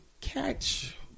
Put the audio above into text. catch